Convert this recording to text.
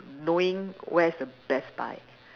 knowing where's the best buy